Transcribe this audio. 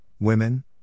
women